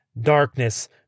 darkness